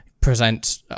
present